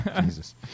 Jesus